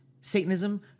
Satanism